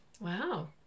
Wow